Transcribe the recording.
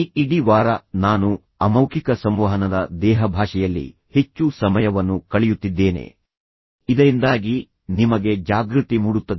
ಈ ಇಡೀ ವಾರ ನಾನು ಅಮೌಖಿಕ ಸಂವಹನದ ದೇಹಭಾಷೆಯಲ್ಲಿ ಹೆಚ್ಚು ಸಮಯವನ್ನು ಕಳೆಯುತ್ತಿದ್ದೇನೆ ಇದರಿಂದಾಗಿ ನಿಮಗೆ ಜಾಗೃತಿ ಮೂಡುತ್ತದೆ